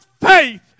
faith